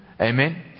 Amen